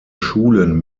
schulen